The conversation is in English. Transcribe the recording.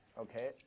Okay